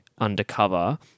undercover